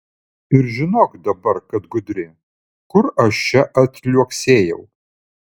ir žinok dabar kad gudri kur aš čia atliuoksėjau